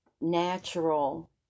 natural